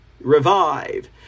revive